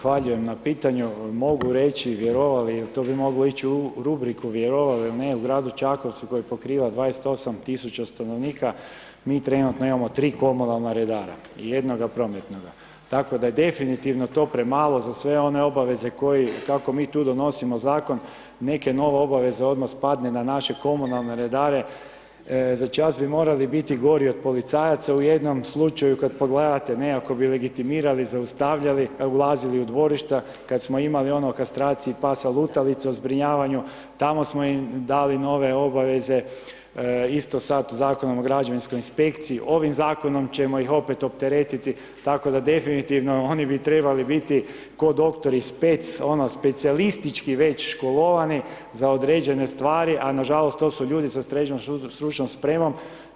Evo, zahvaljujem na pitanju mogu reći vjerovali, jel to bi moglo ići u rubriku vjerovali ili ne, u gradu Čakovcu koji pokriva 28.000 stanovnika mi trenutno imamo 3 komunalna redara i jednoga prometnoga, tako da je definitivno to premalo za sve one obaveze kako mi tu donosimo zakon, neke nove obaveze odmah spadne na naše komunalne redare, za čas bi morali biti gori od policajaca u jednom slučaju kad pogledate nekako bi legitimirali, zaustavljali, ulazili u dvorišta, kad smo imali ono o kastraciji pasa lutalica, zbrinjavanju, tamo smo im dali nove obaveze, isto sad Zakonom o građevinskoj inspekciji, ovim zakonom ćemo ih opet opteretiti tako da definitivno oni bi trebali biti ko doktori s 5 ono specijalističkih već školovani za određene stvari, a nažalost to su ljudi sa srednjom stručnom spremom.